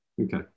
Okay